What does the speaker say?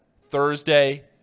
Thursday